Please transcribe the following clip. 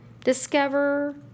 Discover